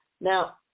Now